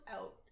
out